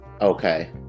okay